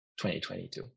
2022